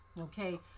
Okay